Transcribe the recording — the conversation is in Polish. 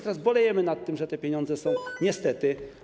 Teraz bolejemy nad tym, że te pieniądze są niestety